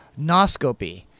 noscopy